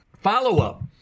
Follow-up